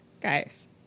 Guys